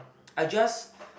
I just